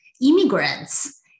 immigrants